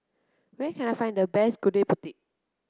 where can I find the best Gudeg Putih